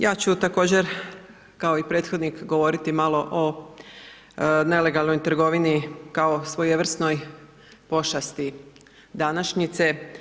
Ja ću također kao i prethodnik govoriti malo o nelegalnoj trgovini kao svojevrsnoj pošasti današnjice.